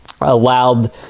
allowed